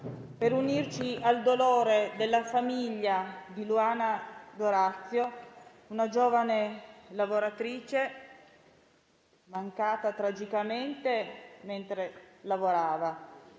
per unirci al dolore della famiglia di Luana D'Orazio, una giovane lavoratrice mancata tragicamente mentre lavorava,